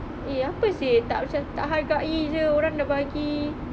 eh apa seh tak macam tak hargai jer orang dah bagi